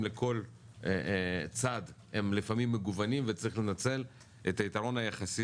לכל צד הם לפעמים מגוונים וצריך לנצל את היתרון היחסי